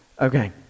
Okay